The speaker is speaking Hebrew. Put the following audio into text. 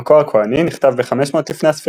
המקור הכהני נכתב ב-500 לפנה"ס לערך,